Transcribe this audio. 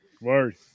Word